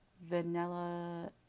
Vanilla